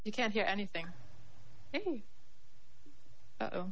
you can't hear anything